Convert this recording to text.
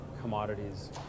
commodities